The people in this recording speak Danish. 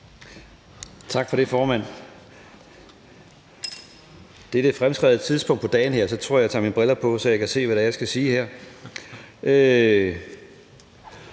Tak for det, formand. Med dette fremskredne tidspunkt på dagen her tror jeg, at jeg tager mine briller på, så jeg kan se, hvad det er, jeg her